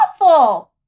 awful